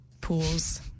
pools